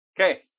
okay